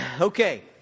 Okay